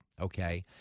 okay